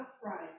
upright